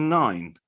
nine